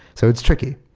so it's tricky.